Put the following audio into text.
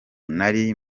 nari